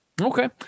Okay